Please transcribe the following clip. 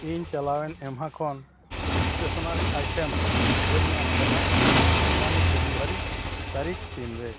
ᱤᱧ ᱪᱟᱞᱟᱣᱮᱱ ᱮᱢᱦᱟ ᱠᱷᱚᱱ ᱵᱟᱹᱧ ᱧᱟᱢ ᱟᱠᱟᱫᱟ ᱚᱱᱩᱢᱟᱱᱤᱠ ᱛᱟᱨᱤᱠᱷ ᱛᱤᱱᱨᱮ